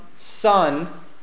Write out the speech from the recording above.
Son